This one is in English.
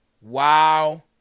Wow